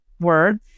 word